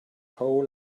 whole